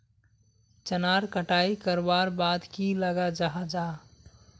चनार कटाई करवार बाद की लगा जाहा जाहा?